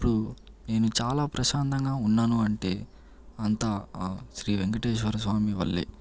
ఇప్పుడు నేను చాలా ప్రశాంతంగా ఉన్నాను అంటే అంతా ఆ శ్రీ వెంకటేశ్వర స్వామి వల్లే